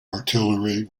artillery